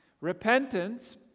Repentance